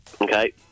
Okay